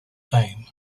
fame